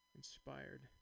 inspired